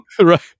Right